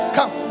Come